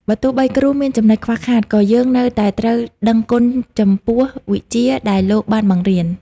បើទោះបីគ្រូមានចំណុចខ្វះខាត ក៏យើងនៅតែត្រូវដឹងគុណចំពោះវិជ្ជាដែលលោកបានបង្រៀន។